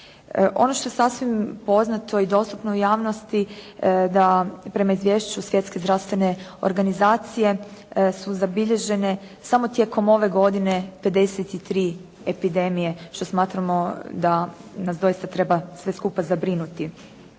Ono što je sasvim poznato i dostupno u javnosti da prema izvješću Svjetske zdravstvene organizacije su zabilježene, samo tijekom ove godine, 53 epidemije što smatramo da nas doista treba sve skupa zabrinuti.